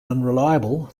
unreliable